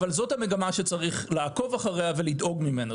אבל זו המגמה שצריך לעקוב אחריה ולדאוג ממנה.